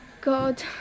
God